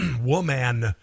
woman